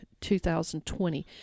2020